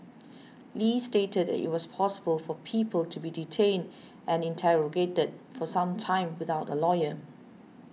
li stated that it was possible for people to be detained and interrogated for some time without a lawyer